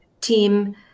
team